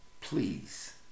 please